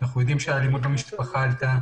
אנחנו יודעים שהאלימות במשפחה עלתה.